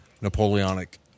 Napoleonic